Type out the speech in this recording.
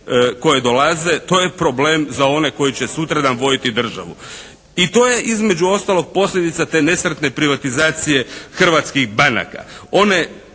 koje dolaze, to je problem za one koji će sutradan voditi državu. I to je između ostalog posljedica te nesretne privatizacije hrvatskih banaka. One